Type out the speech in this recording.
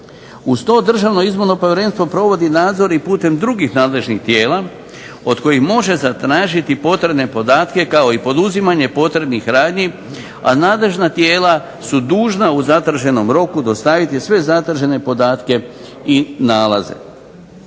izbora. Uz to DIP provodi nadzor i putem drugih nadležnih tijela od kojih može zatražiti potrebne podatke kao i poduzimanje potrebnih radnji, a nadležna tijela su dužna u zatraženom roku dostaviti sve zatražene podatke i nalaze.